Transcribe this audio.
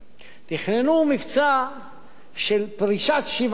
תכננו מבצע של פרישת שבעה אנשים.